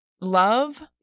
love